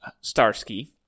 Starsky